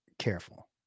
Careful